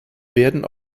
werden